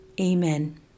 Amen